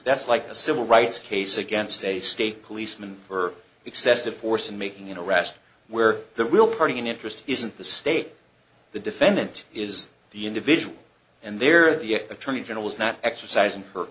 that's like a civil rights case against a state policeman for excessive force and making an arrest where the real party in interest isn't the state the defendant is the individual and they're the attorney general is not exercising